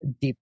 deep